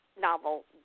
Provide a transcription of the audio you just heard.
novel